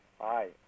Hi